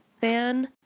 fan